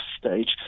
stage